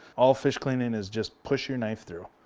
all fish cleaning is just push your knife through.